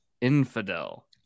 infidel